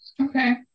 Okay